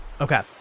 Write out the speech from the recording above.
Okay